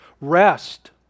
rest